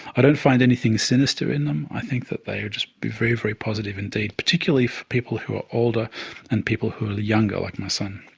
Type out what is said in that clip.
i don't find anything sinister in them, i think that they will just be very, very positive indeed, particularly for people who are older and people who are younger, like my son.